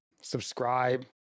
subscribe